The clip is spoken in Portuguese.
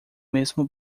mesmo